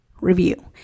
review